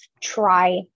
try